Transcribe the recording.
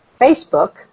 Facebook